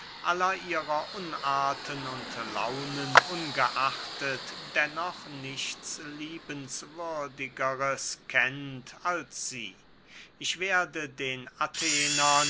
ihrer unarten und launen ungeachtet dennoch nichts liebenswürdigeres kennt als sie ich werde den athenern